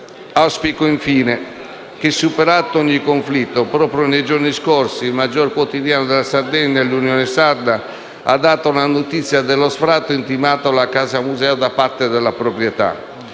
Auspico infine che, superato ogni conflitto (proprio nei giorni scorsi il principale quotidiano della Sardegna, «L'Unione Sarda» ha dato notizia dello sfratto intimato alla Casa Museo), la proprietà